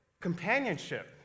companionship